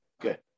Good